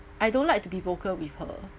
I don't like to be vocal with her